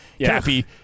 Cappy